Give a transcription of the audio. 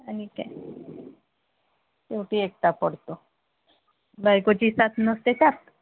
आणि काय शेवटी एकटा पडतो बायकोची साथ नसते त्यात